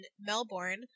Melbourne